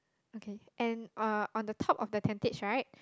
okay and uh on the top of the tentage right